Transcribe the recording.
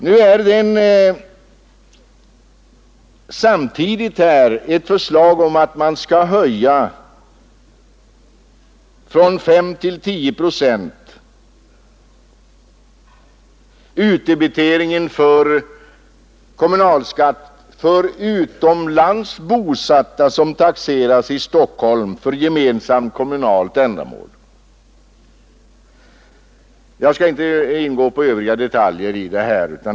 Nu är det samtidigt här ett förslag om att man skall höja från 5 procent till 10 procent utdebiteringen för kommunalskatt för utomlands bosatta som taxeras i Stockholm för gemensamt kommunalt ändamål. Jag skall inte gå in på övriga detaljer i detta.